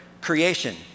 creation